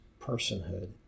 personhood